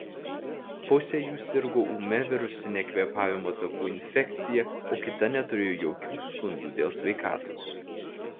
pusė jų sirgo ūmia virusine kvėpavimo takų infekcija o kita neturėjo jokių skundų dėl sveikatos